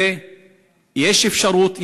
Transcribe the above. ויש אפשרות,